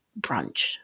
brunch